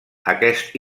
aquest